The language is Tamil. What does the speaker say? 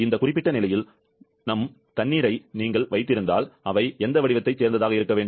இந்த குறிப்பிட்ட நிலையில் உங்கள் தண்ணீரை நீங்கள் வைத்திருந்தால் அவை எந்த வடிவத்தைச் சேர்ந்ததாக இருக்க வேண்டும்